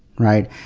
right?